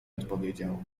odpowiedział